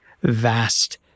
vast